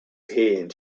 hand